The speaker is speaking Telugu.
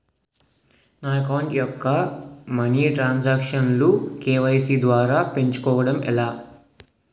నా అకౌంట్ యెక్క మనీ తరణ్ సాంక్షన్ లు కే.వై.సీ ద్వారా పెంచుకోవడం ఎలా?